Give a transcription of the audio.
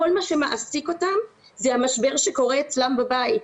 כל מה שמעסיק אותם זה המשבר שקורה אצלם בבית.